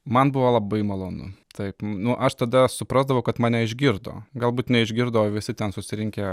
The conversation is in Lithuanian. man buvo labai malonu taip nu aš tada suprasdavau kad mane išgirdo galbūt neišgirdo visi ten susirinkę